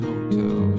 Hotel